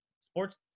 Sports